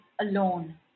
alone